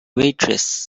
waitress